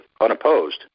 unopposed